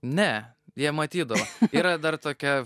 ne jie matytydavo yra dar tokia